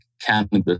cannabis